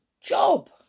job